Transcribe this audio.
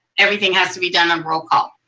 everything has to be done on roll call.